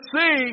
see